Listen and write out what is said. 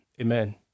Amen